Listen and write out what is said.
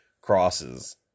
crosses